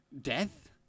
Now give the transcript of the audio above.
Death